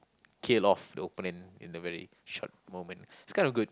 kill off the opponent in a very short moment it's kind of good